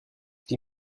die